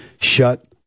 Shut